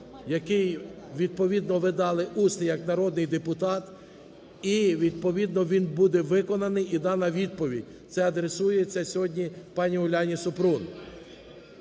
який відповідно ви дали, усний, як народний депутат, і відповідно він буде виконаний, і дана відповідь це адресується сьогодні пані Уляні Супрун.